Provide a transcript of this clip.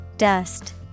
Dust